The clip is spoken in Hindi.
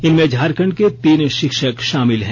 इनमें झारखंड के तीन शिक्षक शामिल है